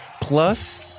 plus